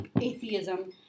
atheism